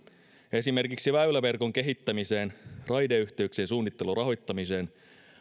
esimerkiksi väyläverkon kehittämiseen ja raideyhteyksien suunnittelun rahoittamiseen